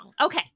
Okay